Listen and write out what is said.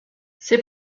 c’est